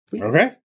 Okay